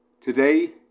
Today